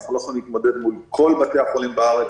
אנחנו לא יכולים להתמודד מול כל בתי החולים בארץ,